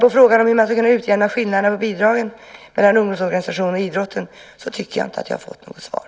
På frågan om hur man ska kunna utjämna skillnaden i fråga om bidragen mellan ungdomsorganisationerna och idrotten tycker jag dock inte att jag har fått något svar.